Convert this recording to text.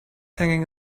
hanging